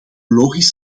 logisch